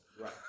right